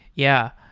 yeah.